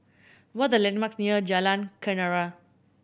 what are the landmarks near Jalan Kenarah